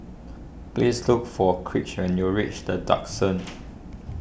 please look for Kraig when you reach the Duxton